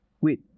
Wait